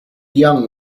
young